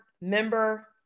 member